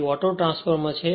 તે auto transformer છે